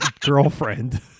girlfriend